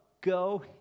Go